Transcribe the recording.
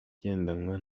igendanwa